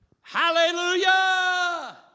Hallelujah